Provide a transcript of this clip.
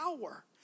power